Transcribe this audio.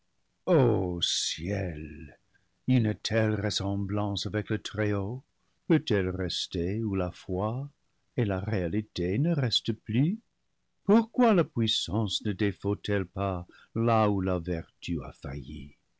ciel une telle ressemblance avec le très-haut peut elle rester où la foi et la réalité ne restent plus pourquoi la puissance ne défaut elle pas là où la vertu a failli